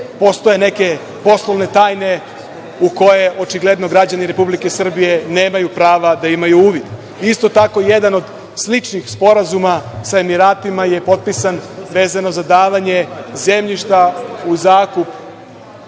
postoje neke poslovne tajne u koje očigledno građani Republike Srbije nemaju prava da imaju uvid. Isto tako jedan od sličnih sporazuma sa Emiratima je potpisan vezano za davanje zemljišta u zakup